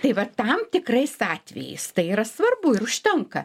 tai vat tam tikrais atvejais tai yra svarbu ir užtenka